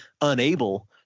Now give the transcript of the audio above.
unable